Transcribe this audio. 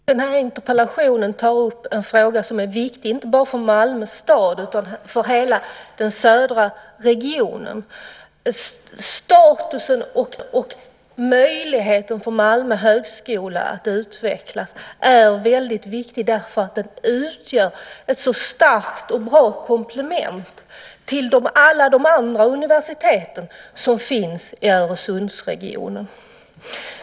Fru talman! Den här interpellationen tar upp en fråga som är viktig inte bara för Malmö stad utan för hela den södra regionen. Statusen och möjligheten för Malmö högskola att utvecklas är väldigt viktig därför att den utgör ett så starkt och bra komplement till alla de andra universiteten som finns i Öresundsregionen.